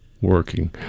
working